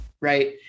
right